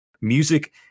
music